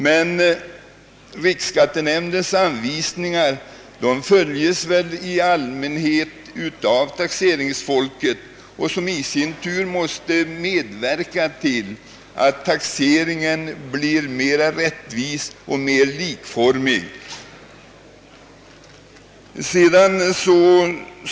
Men riksskattenämndens anvisningar följs väl i allmänhet av taxeringsfolket, vilket i sin tur måste bidra till att taxeringen blir mer rättvis och mera likformig.